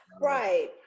Right